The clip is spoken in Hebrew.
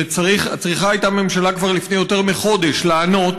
וצריכה הייתה הממשלה לפני יותר מחודש לענות